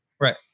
Right